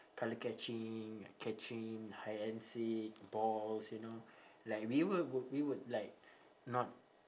colour catching like catching hide and seek balls you know like we will wou~ we would like not